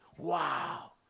Wow